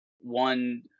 One